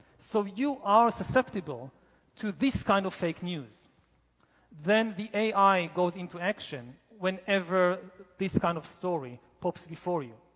so you are susceptible to this kind of fake news then the ai goes into action whenever this kind of story pops before you.